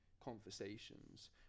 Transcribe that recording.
conversations